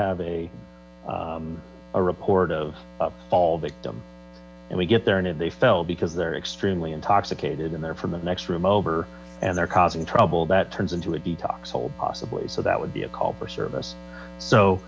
have a report of fall victim and we get there and if they fell because they're extremely intoxicated and they're from the next room over and they're causing trouble that turns into a detox hole possibly so that would be a